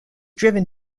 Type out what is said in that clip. driven